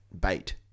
bait